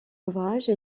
ouvrage